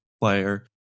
player